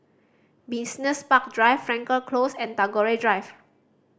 Business Park Drive Frankel Close and Tagore Drive